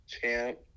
Champ